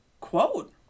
quote